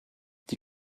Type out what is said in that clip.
die